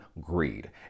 greed